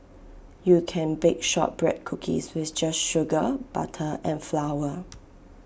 you can bake Shortbread Cookies with just sugar butter and flour